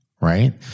right